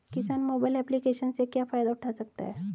किसान mobile application से क्या फायदा उठा सकता है?